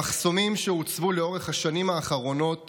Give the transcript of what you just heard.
המחסומים שהוצבו לאורך השנים האחרונות